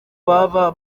baba